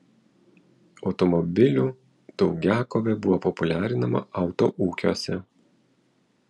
automobilių daugiakovė buvo populiarinama autoūkiuose